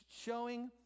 showing